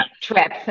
trip